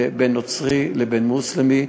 בין נוצרי לבין מוסלמי.